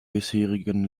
bisherigen